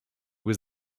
was